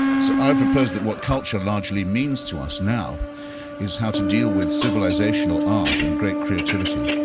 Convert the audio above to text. so i propose that what culture largely means to us now is how to deal with civilizational art and great creativity